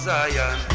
Zion